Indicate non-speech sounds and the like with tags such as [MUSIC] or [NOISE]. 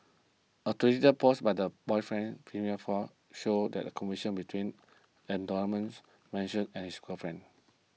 a twitter post by the boyfriend's female for showed that a conversion between [UNINTELLIGIBLE] mentioned and his girlfriend